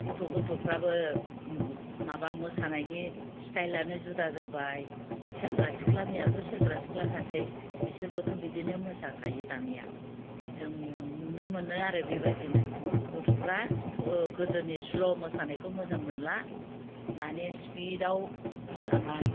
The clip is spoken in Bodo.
गथ' गथ'फ्राबो माबा मोसानायनि स्टाइलआनो जुदा जाबाय सेंग्रा सिख्लानियाथ' सेंग्रा सिख्लाखासै बिसोरबोथ' बिदिनो मोसाखायो दानिया जों नुनो मोनो आरो बेबादिनो गथ'फ्रा गोदोनि स्ल' मोसानायखौ मोजां मोनला दानि स्पिडाव मोसानाय